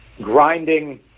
grinding